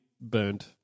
burned